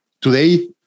today